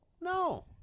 No